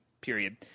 Period